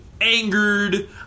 angered